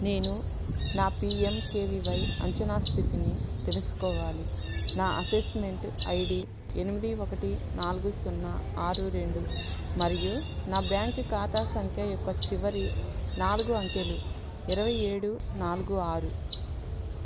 నేను నా P M K V Y అంచనా స్థితిని తెలుసుకోవాలి నా అసెస్మెంట్ ఐ డీ ఎనిమిది ఒకటి నాలుగు సున్నా ఆరు రెండు మరియు నా బ్యాంక్ ఖాతా సంఖ్య యొక్క చివరి నాలుగు అంకెలు ఇరవై ఏడు నాలుగు ఆరు